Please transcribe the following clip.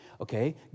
Okay